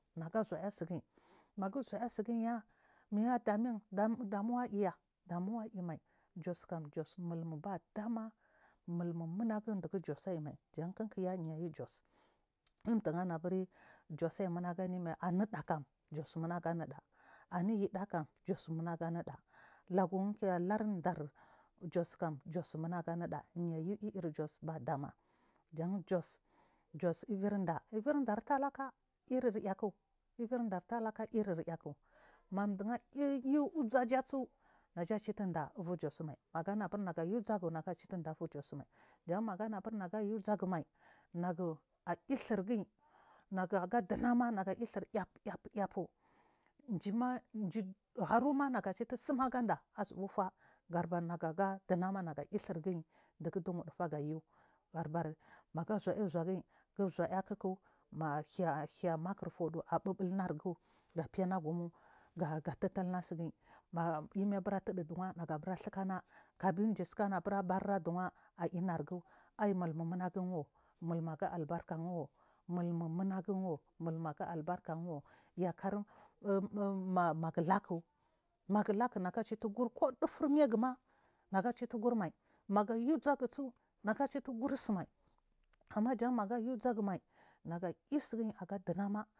Naga zhua sign uzhinya tsigiya, mi ya damuwa iya ɗamuwa imai jos kaki baɗama mulmu numgu chign jos ayima jan kikkya nayi jos ɗurana buri jos aiy runaguniya mai nickam jos munaguniɗa ingunke lurdur jos kam jos numa gu miɗda niyi ir jos beɗama jan jos ivirɗartalaka iiryak madu ityu uza su naja chitudaa uvu jos mai maganabur nagayu uzagu nega chiton ɗaa ullu jos mai jamagann vair neg ayu uzugama negu ayistsirgiyi nagega ɗimama neg air tsirg effa effu gima di haruna nega chife sunɗufuganda azabu fala nnega ɗabar gaɗmama ɗuguɗdi wurdufagu yu mega zhua zhuagi zhua kikak ahin hin makir fudu abiba nagu bur tsikena dign ana tsi kabarachuws ainargun ai mulaunm mumaguiwo mulmiga albarka wo mulmu musagunwo nulnu ga albarka now yakar amir manage laku negee laku naga chitonko ɗufur maigu maima maga chiton mai magayi uzagis negs ehiton isumai unaja naga yi wesguman.